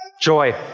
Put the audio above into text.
Joy